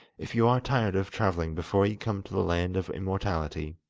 if you are tired of travelling before you come to the land of immortality,